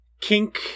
kink